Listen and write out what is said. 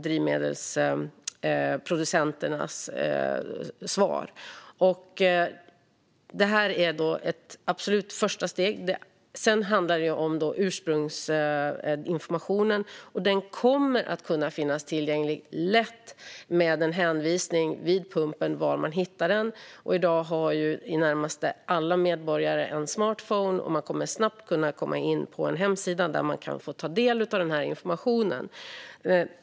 Klimatmärkningen är ett absolut första steg. Sedan handlar det om ursprungsinformationen. Den kommer att vara lättillgänglig genom en hänvisning vid pumpen till var man hittar den. I dag har ju närmast alla medborgare en smartphone och kommer att snabbt komma in på en hemsida där man kan ta del av informationen.